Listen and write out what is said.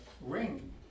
ring